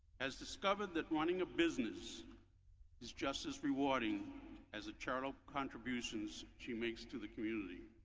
has discovered that running a business is just as rewarding as the charitable contributions she makes to the community.